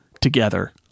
together